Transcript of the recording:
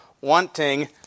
wanting